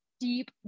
deep